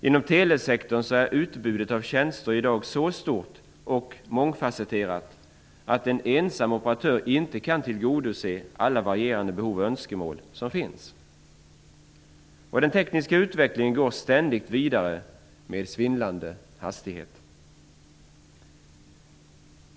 Inom telesektorn är utbudet av tjänster i dag så stort och mångfasetterat, att en ensam operatör inte kan tillgodose alla varierande behov och önskemål som finns. Och den tekniska utvecklingen går ständigt vidare med svindlande hastighet.